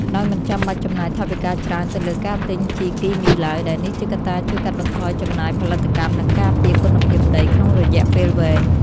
ដោយមិនចាំបាច់ចំណាយថវិកាច្រើនទៅលើការទិញជីគីមីឡើយ ដែលនេះជាកត្តាជួយកាត់បន្ថយចំណាយផលិតកម្ម និងការពារគុណភាពដីក្នុងរយៈពេលវែង។